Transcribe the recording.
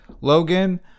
Logan